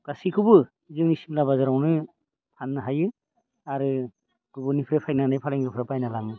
गासैखौबो जोंनि सिमला बाजारावनो फाननो हायो आरो गुबुननिफ्राय फायनानै फालांगिरिफ्रा बायना लाङो